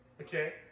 Okay